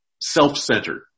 self-centered